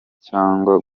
cyangwa